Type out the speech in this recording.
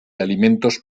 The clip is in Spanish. alimentos